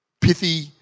pithy